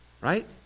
right